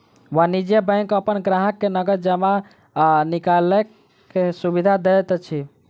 वाणिज्य बैंक अपन ग्राहक के नगद जमा आ निकालैक सुविधा दैत अछि